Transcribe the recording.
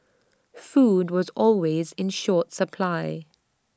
food was always in short supply